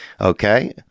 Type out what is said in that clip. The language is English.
Okay